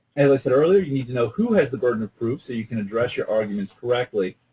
as i said earlier, you need to know who has the burden of proof so you can address your arguments correctly,